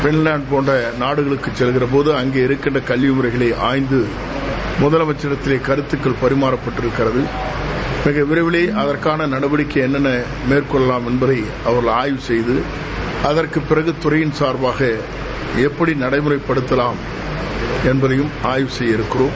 பின்வாந்து போன்ற நாடுகளுக்கு சென்றபோது அங்கிருக்கின்ற கல்விமுறைகளை ஆய்ந்து முதலமைச்சரிடம் கருத்துக்கள் பரிமாறப்பட்டுள்ளது மிக விரைவிலேயே அதற்கான நடவடிக்கைகள் என்னென்ன மேற்கொள்ளலாம் என்பதை அவர்கள் அய்வு செய்து அதற்கு பிறகு துறையின் சார்பாக எப்படி நடைமுறைப்படுத்தலாம் என்பதையும் ஆய்வு செய்ய இருக்கிறோம்